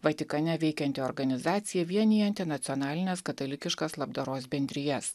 vatikane veikianti organizacija vienijanti nacionalines katalikiškas labdaros bendrijas